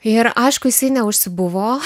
ir aišku jisai neužsibuvo